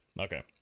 okay